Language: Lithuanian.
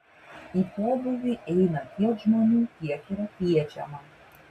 į pobūvį eina tiek žmonių kiek yra kviečiama